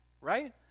right